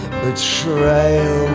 betrayal